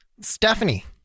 Stephanie